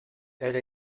elle